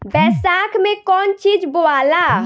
बैसाख मे कौन चीज बोवाला?